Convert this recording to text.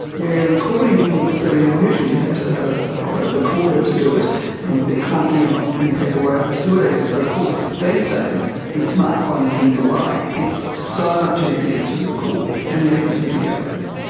where recording was fairly unusual. you had to have a proper recorder to do it and it was a bit clunky and not many people were able to do it easily, but of course these days with smart phones and the like it's so much easier to record and even to video things.